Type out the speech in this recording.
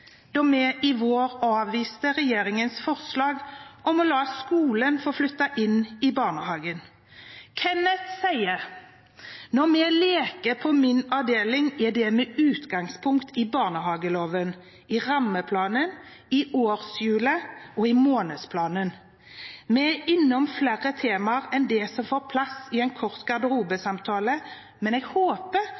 da vi i vår avviste regjeringens forslag om å la skolen få flytte inn i barnehagen. Kenneth sier: «Når vi leker på min avdeling er det med utgangspunkt i barnehageloven, rammeplanen, årshjul og månedsplan. Vi er innom flere temaer enn det som får plass i en kort garderobesamtale, og jeg håper